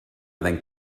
than